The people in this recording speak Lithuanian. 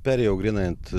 perėjau grynai ant